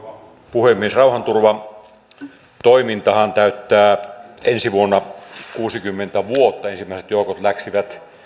puhemies rauhanturvatoimintahan täyttää ensi vuonna kuusikymmentä vuotta ensimmäiset joukot läksivät